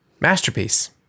masterpiece